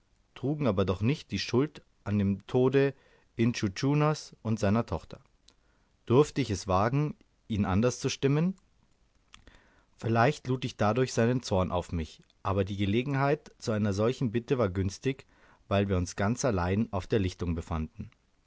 trugen aber doch nicht die schuld an dem tode intschu tschunas und seiner tochter durfte ich es wagen ihn anders zu stimmen vielleicht lud ich dadurch seinen zorn auf mich aber die gelegenheit zu einer solchen bitte war günstig weil wir uns ganz allein auf der lichtung befanden